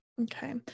Okay